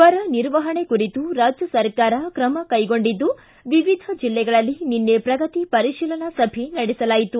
ಬರ ನಿರ್ವಹಣೆ ಕುರಿತು ರಾಜ್ಯ ಸರ್ಕಾರ ಕ್ರಮ ಕೈಗೊಂಡಿದ್ದು ವಿವಿಧ ಜಿಲ್ಲೆಗಳಲ್ಲಿ ನಿನ್ನೆ ಪ್ರಗತಿ ಪರೀಶಿಲನಾ ಸಭೆ ನಡೆಸಲಾಯಿತು